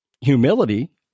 Humility